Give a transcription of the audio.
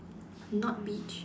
not beach